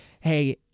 hey